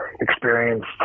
experienced